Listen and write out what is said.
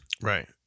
Right